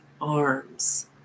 arms